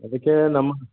ಅದಕ್ಕೆ ನಮ್ಮ